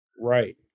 Right